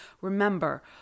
remember